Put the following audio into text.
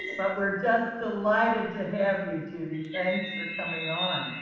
but we're just delighted to have you, judy. thanks for coming on.